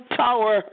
tower